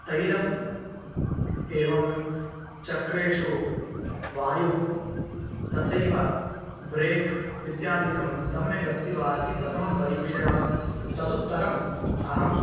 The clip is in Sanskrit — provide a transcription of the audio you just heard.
तैलम् एवं चक्रेषु वायुः तथैव ब्रेक् इत्यादिकं सम्यगस्ति वा इति प्रथमं परीक्ष्य तदुत्तरम् अहं